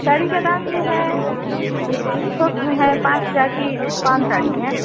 साड़ी का दाम ये है थोक में है पाँच हजार की पाँच साड़ी है